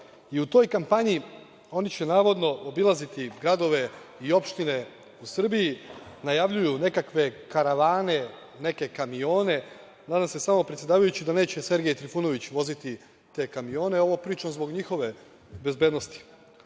i u toj kampanji oni će navodno obilaziti gradove i opštine po Srbiji, najavljuju nekakve karavane, neke kamione, a nadam se samo predsedavajući da neće Sergej Trifunović voziti te kamione. Ovo pričam zbog njihove bezbednosti.Međutim,